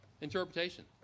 interpretation